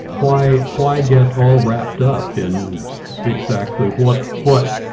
why why get all wrapped up in exactly what what